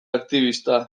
aktibista